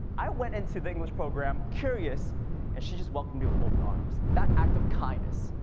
i went into the english program curious and she just welcomed me with open arms. that act of kindness,